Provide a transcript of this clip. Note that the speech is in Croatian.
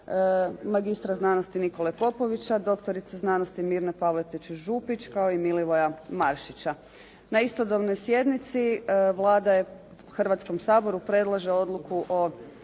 magistra znanosti Nikole Popovića, doktorice znanosti Mirne Pavletić Župić, kao i Milivoja Maršića. Na istodobnoj sjednici Vlada Hrvatskom saboru predlaže odluku o